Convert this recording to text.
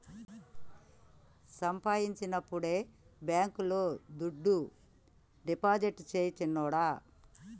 సంపాయించినప్పుడే బాంకీలో దుడ్డు డిపాజిట్టు సెయ్ సిన్నోడా